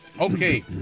Okay